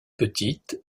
petites